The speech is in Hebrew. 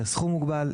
בסכום מוגבל,